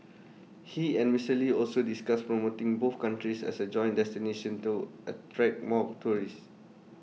he and Mister lee also discussed promoting both countries as A joint destination to attract more tourists